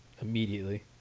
immediately